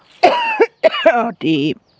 অতি